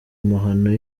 amahano